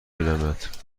بینمت